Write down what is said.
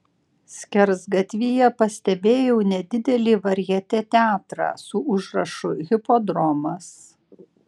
skersgatvyje pastebėjau nedidelį varjetė teatrą su užrašu hipodromas